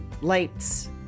lights